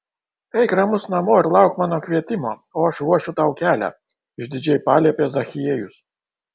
eik ramus namo ir lauk mano kvietimo o aš ruošiu tau kelią išdidžiai paliepė zachiejus